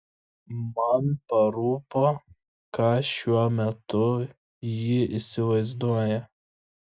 man parūpo ką šiuo metu ji įsivaizduoja